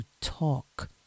talk